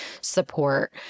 support